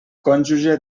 cònjuge